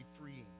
freeing